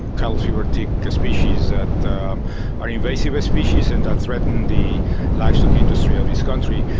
cattle fever tick species that are invasive species and that threaten the livestock industry of this country.